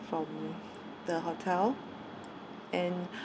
from the hotel and